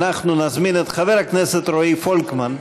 אנחנו נזמין את חבר הכנסת רועי פולקמן,